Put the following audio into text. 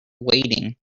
weighting